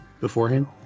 beforehand